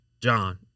John